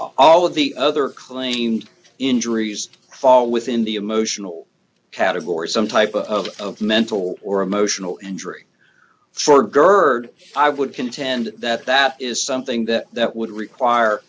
all of the other claimed injuries fall within the emotional category some type of mental or emotional injury for gerd i would contend that that is something that that would require